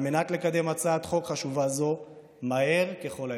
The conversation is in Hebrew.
על מנת לקדם הצעת חוק חשובה זו מהר ככל האפשר.